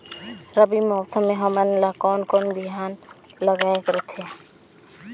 रबी मौसम मे हमन ला कोन कोन बिहान लगायेक रथे?